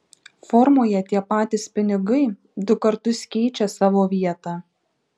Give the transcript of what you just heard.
formoje tie patys pinigai du kartus keičia savo vietą